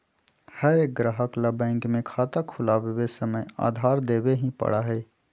हर एक ग्राहक ला बैंक में खाता खुलवावे समय आधार देवे ही पड़ा हई